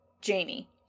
Jamie